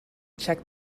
check